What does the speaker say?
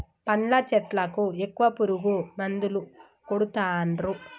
పండ్ల చెట్లకు ఎక్కువ పురుగు మందులు కొడుతాన్రు